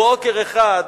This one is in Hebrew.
בוקר אחד,